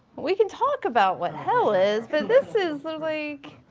we can talk about what hell is but this is like.